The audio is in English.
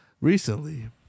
recently